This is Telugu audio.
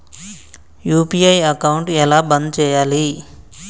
యూ.పీ.ఐ అకౌంట్ ఎలా బంద్ చేయాలి?